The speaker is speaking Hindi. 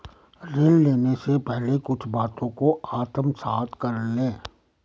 ऋण लेने से पहले कुछ बातों को आत्मसात कर लें